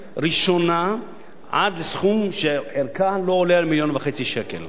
ראשונה שערכה אינו עולה על מיליון וחצי שקל.